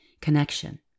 connection